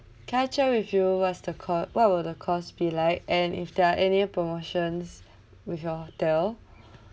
can I check with you what's the cost what will the cost be like and if there are any promotions with your hotel